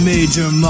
Major